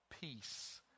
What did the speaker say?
peace